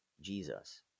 Jesus